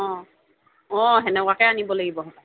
অঁ অঁ তেনেকুৱাকে আনিব লাগিব